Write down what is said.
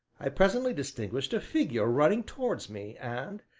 i presently distinguished a figure running towards me and,